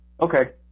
Okay